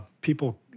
People